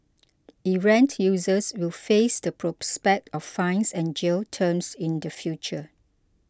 errant users will face the prospect of fines and jail terms in the future